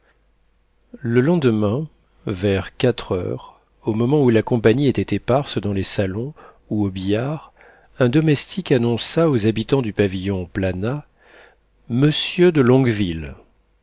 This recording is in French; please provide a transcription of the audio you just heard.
le lendemain vers quatre heures au moment où la compagnie était éparse dans les salons ou au billard un domestique annonça aux habitants du pavillon planat monsieur de